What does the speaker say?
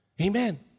Amen